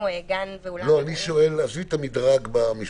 גן ואולם אירועים --- עזבי את המדרג המשפטי.